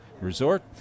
Resort